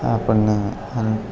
આપણને અને